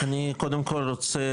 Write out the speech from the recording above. אני קודם כל רוצה